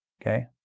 Okay